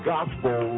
Gospel